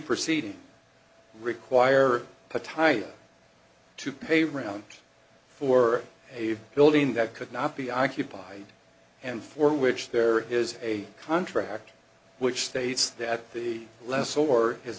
proceeding require the title to pave around for a building that could not be occupied and for which there is a contract which states that the less or his